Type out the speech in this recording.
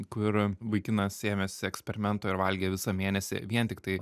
kur vaikinas ėmėsi eksperimento ir valgė visą mėnesį vien tiktai